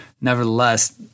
nevertheless